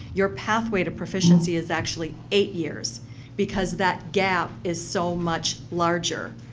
your pathway to proficiency is actually eight years because that gap is so much larger.